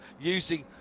Using